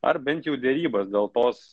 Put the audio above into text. ar bent jau derybas dėl tos